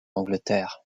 angleterre